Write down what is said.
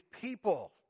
people